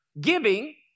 giving